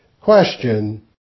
Question